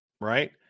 right